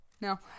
no